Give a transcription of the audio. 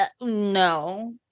No